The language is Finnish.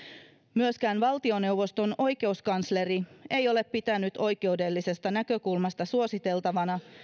myöskään valtioneuvoston oikeuskansleri ei ole pitänyt oikeudellisesta näkökulmasta suositeltavana